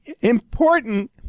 important